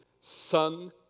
Son